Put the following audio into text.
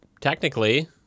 technically